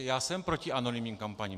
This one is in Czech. Já jsem proti anonymním kampaním.